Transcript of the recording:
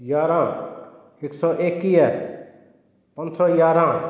यारहं हिकु सौ एकवीह पंज सौ यारहं